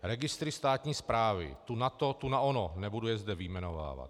Registry státní správy, tu na to, tu na ono, nebudu je zde vyjmenovávat.